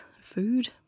Food